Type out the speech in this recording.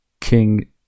King